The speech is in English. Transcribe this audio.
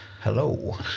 Hello